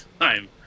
time